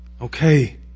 okay